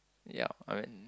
ya I mean